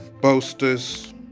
boasters